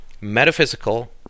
metaphysical